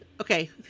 Okay